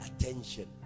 attention